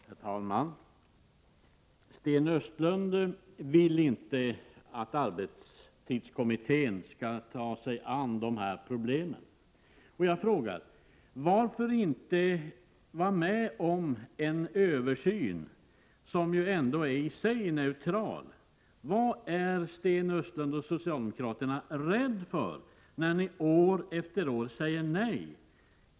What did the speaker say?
Herr talman! Sten Östlund vill inte att arbetstidskommittén skall ta sig an de här problemen. Får jag fråga: Varför inte vara med om en översyn, som ju ändå i sig är neutral? Vad är Sten Östlund och socialdemokraterna rädda för, när de år efter år säger nej?